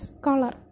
color